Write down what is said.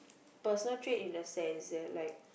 personal trait in a sense that like